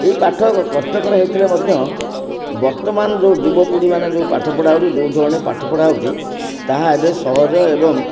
ଏଇ ପାଠ କଷ୍ଟକର ହେଇଥିଲେ ମଧ୍ୟ ବର୍ତ୍ତମାନ ଯେଉଁ ଯୁବ ପିଢ଼ିମାନେ ଯେଉଁ ପାଠପଢ଼ା ହେଉଛି ଯେଉଁ ଧରଣର ପାଠ ପଢ଼ା ହେଉଛି ତାହା ଏବେ ସହଜ ଏବଂ